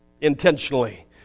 intentionally